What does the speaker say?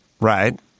right